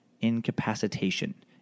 incapacitation